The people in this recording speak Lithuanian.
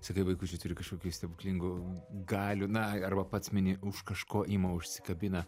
sakai vaikučiai turi kažkokių stebuklingų galių na arba pats mini už kažko ima užsikabina